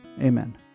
Amen